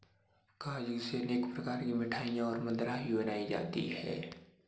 काजू से अनेक प्रकार की मिठाईयाँ और मदिरा भी बनाई जाती है